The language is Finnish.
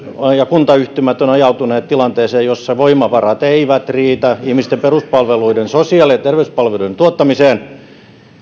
ja kuntayhtymät ovat ajautuneet tilanteeseen jossa voimavarat eivät riitä ihmisten peruspalveluiden sosiaali ja terveyspalveluiden tuottamiseen